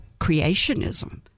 creationism